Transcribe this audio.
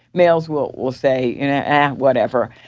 males will will say, you know whatever.